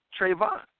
Trayvon